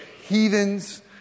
heathens